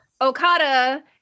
Okada